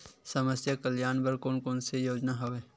समस्या कल्याण बर कोन कोन से योजना हवय?